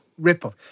ripoff